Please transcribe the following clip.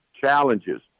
challenges